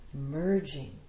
merging